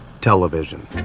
television